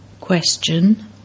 Question